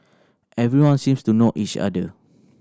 everyone seems to know each other